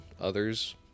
others